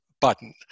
button